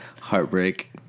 heartbreak